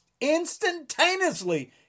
instantaneously